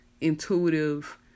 intuitive